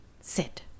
sit